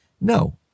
No